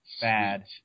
bad